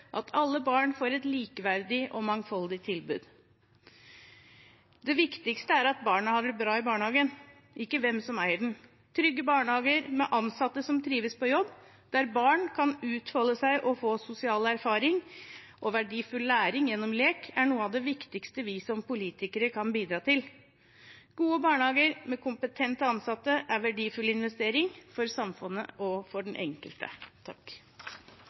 at alle barn får et likeverdig og mangfoldig tilbud. Det viktigste er at barna har det bra i barnehagen, ikke hvem som eier den. Trygge barnehager med ansatte som trives på jobb, der barn kan utfolde seg og få sosial erfaring og verdifull læring gjennom lek, er noe av det viktigste vi som politikere kan bidra til. Gode barnehager med kompetente ansatte er en verdifull investering – for samfunnet og for den enkelte.